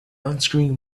unscrewing